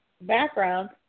background